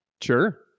Sure